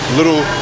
little